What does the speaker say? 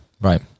right